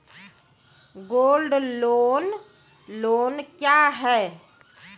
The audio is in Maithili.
गोल्ड लोन लोन क्या हैं?